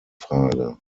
frage